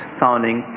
sounding